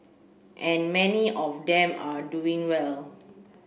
and many of them are doing well